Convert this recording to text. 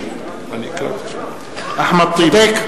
נוכח אחמד טיבי,